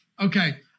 Okay